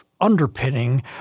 underpinning